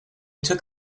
took